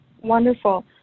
Wonderful